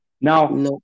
Now